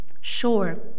Sure